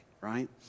right